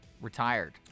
retired